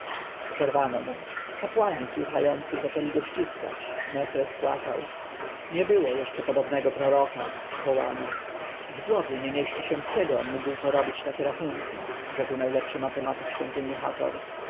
przerwano mu kapłani słuchający zaczęli go ściskać mefres płakał nie było jeszcze podobnego proroka wołano w głowie nie mieści się kiedy on mógł porobić takie rachunki mówił najlepszy matematyk świątyni hator